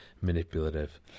manipulative